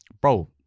Bro